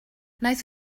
nice